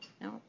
no